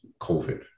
COVID